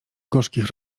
gorzkich